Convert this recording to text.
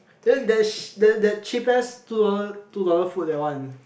then there's that that cheap ass two dollar two dollar food that one